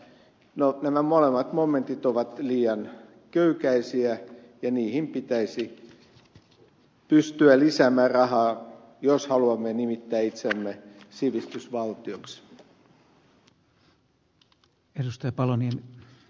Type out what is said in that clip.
no nämä molemmat momentit ovat liian köykäisiä ja niihin pitäisi pystyä lisäämään rahaa jos haluamme nimittää itseämme sivistysvaltioksi